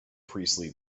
priestly